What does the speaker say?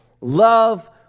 love